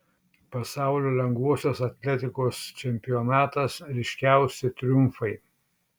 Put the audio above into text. pasaulio lengvosios atletikos čempionatas ryškiausi triumfai